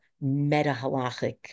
meta-halachic